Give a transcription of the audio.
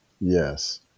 Yes